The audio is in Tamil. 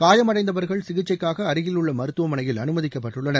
காயமடைந்தவர்கள் சிகிச்சைக்காக அருகில் உள்ள மருத்துவமனையில் அனுமதிக்கப்பட்டுள்ளனர்